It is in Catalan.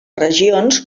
regions